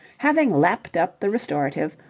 having lapped up the restorative,